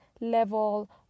level